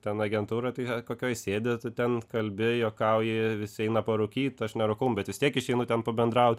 ten agentūra tai kokioj sėdi tu ten kalbi juokauji visi eina parūkyt aš nerūkau bet vis tiek išeinu ten pabendraut